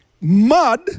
mud